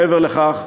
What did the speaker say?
מעבר לכך,